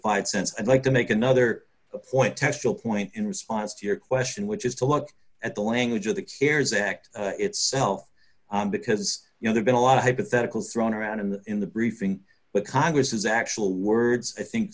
sense i'd like to make another point test your point in response to your question which is to look at the language of the cares act itself because you know there's been a lot of hypotheticals thrown around in the in the briefing but congress is actual words i think